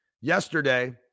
yesterday